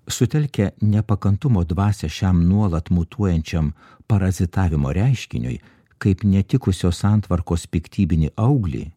sutelkę nepakantumo dvasią šiam nuolat mutuojančiam parazitavimo reiškiniui kaip netikusios santvarkos piktybinį auglį